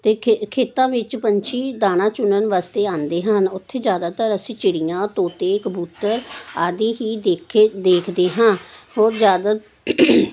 ਅਤੇ ਖੇਤਾਂ ਵਿੱਚ ਪੰਛੀ ਦਾਣਾ ਚੁਗਣ ਵਾਸਤੇ ਆਉਂਦੇ ਹਨ ਉੱਥੇ ਜ਼ਿਆਦਾਤਰ ਅਸੀਂ ਚਿੜੀਆਂ ਤੋਤੇ ਕਬੂਤਰ ਆਦਿ ਹੀ ਦੇਖੇ ਦੇਖਦੇ ਹਾਂ ਹੋਰ ਜ਼ਿਆਦਾ